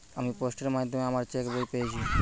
আমি পোস্টের মাধ্যমে আমার চেক বই পেয়েছি